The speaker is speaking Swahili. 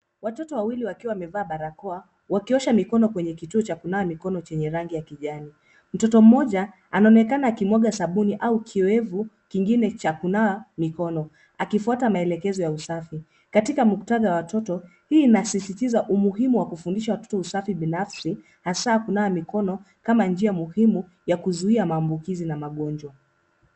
Watoto wawili wakiwa wamevaa barakoa wakiosha mikono kwenye kituo cha kunawa mikono chenye rangi ya kijani. Mtoto mmoja anaonekana akimwaga sabuni au kiowevu kingine cha kunawa mikono akifuata maelekezo ya usafi. Katika muktadha wa watoto hii inasisitiza umuhimu wa kufundisha watoto usafi binafsi hasa kunawa mikono kama njia muhimu ya kuzuia maambukizi na magonjwa.